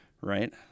Right